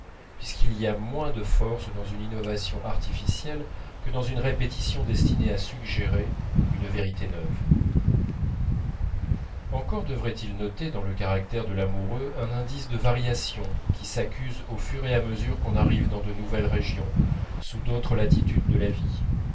puisqu'il y a moins de force dans une innovation artificielle que dans une répétition destinée à suggérer une vérité neuve encore devrait-il noter dans le caractère de l'amoureux un indice de variation qui s'accuse au fur et à mesure qu'on arrive dans de nouvelles régions sous d'autres latitudes de la vie